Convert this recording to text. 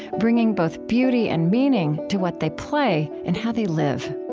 bringing both beauty and meaning to what they play and how they live